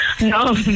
No